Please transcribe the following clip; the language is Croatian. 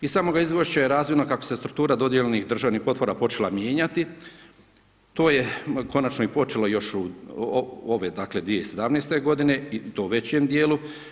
Iz samoga izvješća je razvidno kako se struktura dodijeljenih državnih potpora počela mijenjati to je konačno i počelo još u, ove dakle 2017. godine i to u većem dijelu.